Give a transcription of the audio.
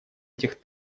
этих